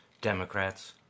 Democrats